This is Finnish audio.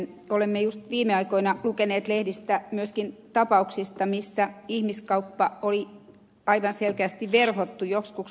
olemme juuri viime aikoina lukeneet lehdistä myöskin tapauksista missä ihmiskauppa oli aivan selkeästi verhottu joksikin muuksi